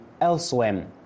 elsewhere